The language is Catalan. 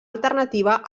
alternativa